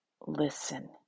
listen